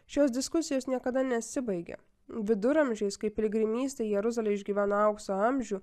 šios diskusijos niekada nesibaigia viduramžiais kai piligrimystė į jeruzalę išgyveno aukso amžių